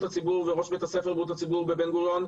הציבור וראש בית הספר לבריאות הציבור בבן גוריון,